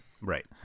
Right